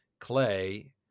Clay